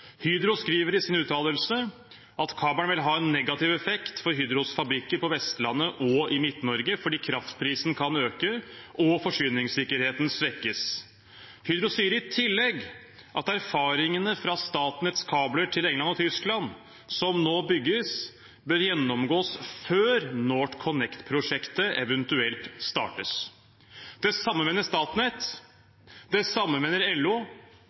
Hydro skriver i sin uttalelse at kabelen vil ha en negativ effekt for Hydros fabrikker på Vestlandet og i Midt-Norge fordi kraftprisen kan øke og forsyningssikkerheten svekkes. Hydro sier i tillegg at erfaringene fra Statnetts kabler til England og Tyskland som nå bygges, bør gjennomgås før NorthConnect-prosjektet eventuelt startes. Det samme mener Statnett, det samme mener LO,